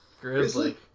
Grizzly